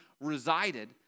resided